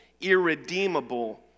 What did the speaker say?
irredeemable